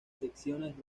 secciones